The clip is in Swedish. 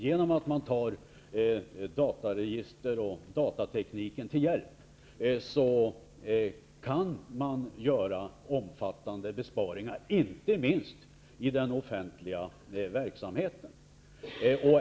Genom att man tar datateknik till hjälp kan man göra omfattande besparingar inte minst i den offentliga verksamheten.